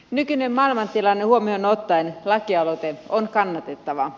nykyinen maailmantilanne huomioon ottaen lakialoite on kannatettava